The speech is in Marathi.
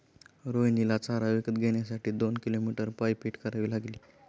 रोहिणीला चारा विकत घेण्यासाठी दोन किलोमीटर पायपीट करावी लागली